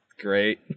Great